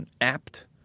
Apt